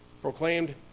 proclaimed